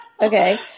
Okay